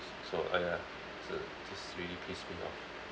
so !aiya! ju~ just really pissed me off